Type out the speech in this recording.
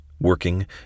Working